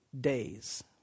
days